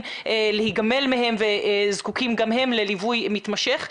להיגמל מהם וזקוקים גם הם לליווי מתמשך.